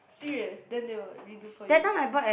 serious then they will redo for you